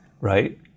right